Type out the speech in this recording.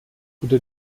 unter